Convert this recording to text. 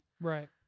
Right